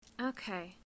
Okay